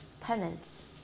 tenants